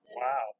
Wow